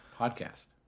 podcast